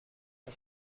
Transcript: for